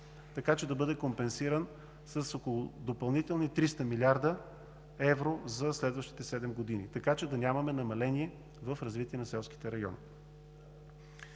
така че да бъде компенсиран с допълнителни 300 млрд. евро за следващите седем години и да нямаме намаление за развитието на селските райони.